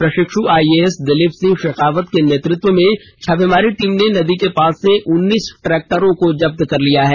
प्रशिक्ष् आईएएस दिलीप सिहं शेघावत के नेतृत्व में छापेमारी टीम ने नदी के पास से उन्नीस ट्रैक्टरों को जब्त कर लिया है